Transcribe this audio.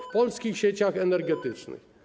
W polskich sieciach energetycznych.